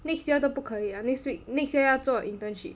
next year 都不可以 next week next year 要做 internship